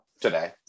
today